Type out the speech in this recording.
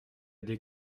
des